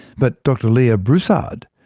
but dr leah broussard,